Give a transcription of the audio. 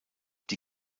die